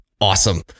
awesome